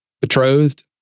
betrothed